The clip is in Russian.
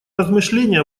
размышление